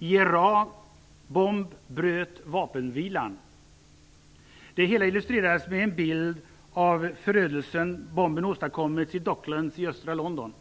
"IRA-bomb bröt vapenvilan." Det hela illustrerades med en bild av förödelsen som bomben åstadkommit i Docklands i östra London.